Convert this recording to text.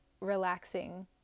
relaxing